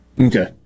Okay